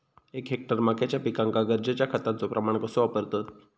एक हेक्टर मक्याच्या पिकांका गरजेच्या खतांचो प्रमाण कसो वापरतत?